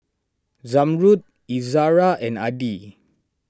Zamrud Izara and Adi